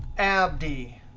abdi.